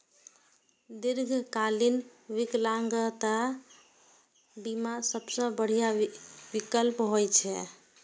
दीर्घकालीन विकलांगता बीमा सबसं बढ़िया विकल्प होइ छै